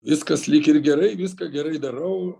viskas lyg ir gerai viską gerai darau